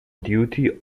duty